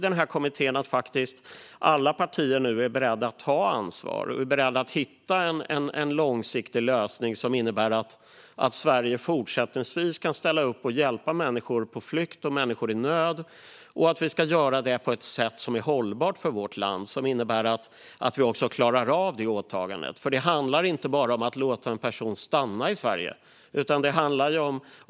Det gäller att alla partier är beredda att ta ansvar och är beredda att hitta en långsiktig lösning som innebär att Sverige fortsättningsvis kan ställa upp och hjälpa människor på flykt och människor i nöd och att vi gör det på ett sätt som är hållbart för vårt land och som innebär att vi också klarar av detta åtagande. Det handlar ju inte bara om att låta en person stanna i Sverige.